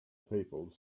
people